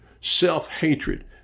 self-hatred